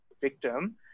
victim